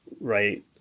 Right